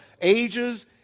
ages